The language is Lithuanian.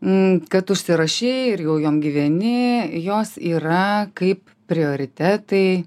nu kad užsirašei ir jau jom gyveni jos yra kaip prioritetai